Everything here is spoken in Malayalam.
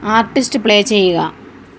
ആർട്ടിസ്റ്റ് പ്ലേ ചെയ്യുക